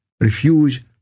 refuge